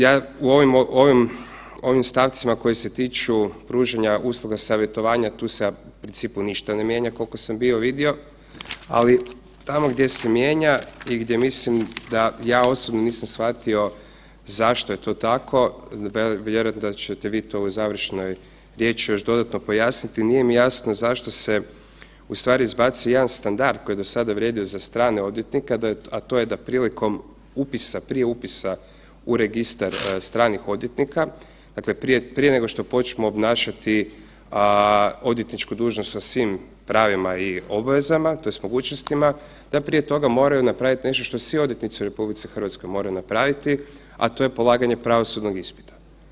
Ja u ovim stavcima koje se tiču pružanja usluga savjetovanja tu se u principu ništa ne mijenja koliko sam bio vidio, ali tamo gdje se mijenja i gdje mislim da ja osobno nisam shvatio zašto je to tako, vjerojatno ćete vi to u završnoj riječi još dodatno pojasniti, nije mi jasno zašto se ustvari izbacuje jedan standard koji je do sada vrijedio za strane odvjetnike, a to je da prilikom prije upisa u registar stranih odvjetnika, dakle prije nego što počnu obnašati odvjetničku dužnost u svim pravima i obvezama tj. mogućnostima, da prije toga moraju napraviti nešto što svi odvjetnici u RH moraju napraviti, a to je polaganje pravosudnog ispita.